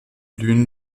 blühen